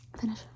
finish